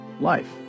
life